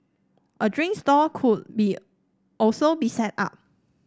a drink stall could be also be set up